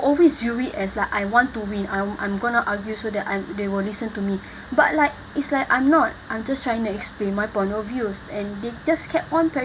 always view as like I want to win I'm I'm gonna argue so that I'm they will listen to me but like it's like I'm not until I'm just trying to explain my point of views and they just kept on